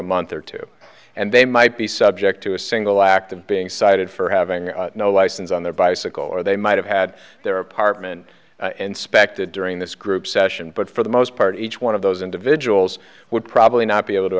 a month or two and they might be subject to a single act and being cited for having no license on their bicycle or they might have had their apartment and suspected during this group session but for the most part each one of those individuals would probably not be able to